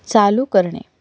चालू करणे